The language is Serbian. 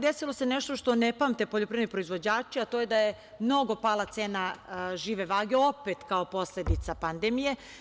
Desilo se nešto što ne pamte poljoprivredni proizvođači a to je da je mnogo pala cena žive vage, opet kao posledica pandemije.